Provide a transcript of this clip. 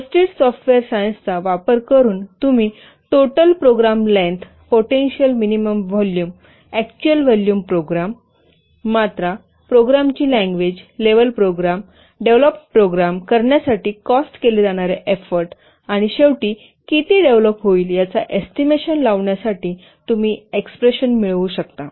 Halstead software सायन्सचा वापर करून तुम्ही total program length potential minimum volume actual volume program मात्रा प्रोग्रामची language level program develop program करण्यासाठी कॉस्ट केले जाणारे एफोर्ट आणि शेवटी किती डेव्हलोप होईल याचा एस्टिमेशन लावण्यासाठी तुम्ही एक्सप्रेशन मिळवू शकता